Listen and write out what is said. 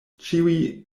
ĉiuj